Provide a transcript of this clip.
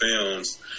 films